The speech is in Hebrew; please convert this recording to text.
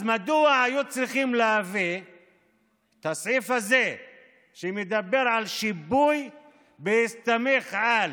אז מדוע היו צריכים להביא את הסעיף הזה שמדבר על שיפוי בהסתמך על